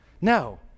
no